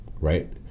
Right